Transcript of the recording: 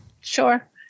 Sure